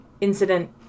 incident